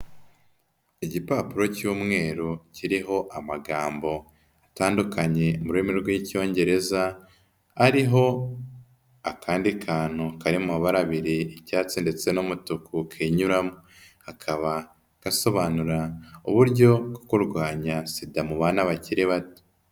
Igipapuro cy'umweru kiriho amagambo atandukanye mu rurimi rw'Icyongereza, ariho akandi kantu kari mu mabara abiri: icyatsi ndetse n'umutuku kinyuramo, kakaba gasobanura uburyo bwo kurwanya SIDA mu bana bakiri bato.